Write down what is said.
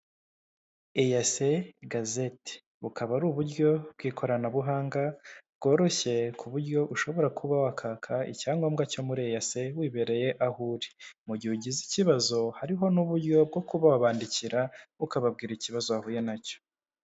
Eyase gazete bukaba ari uburyo bw'ikoranabuhanga bworoshye ku buryo ushobora kuba wakaka icyangombwa cyo muri eyase wibereye aho uri. Mu gihe ugize ikibazo hariho n'uburyo bwo kuba wabandikira ukababwira ikibazo wahuye na cyo.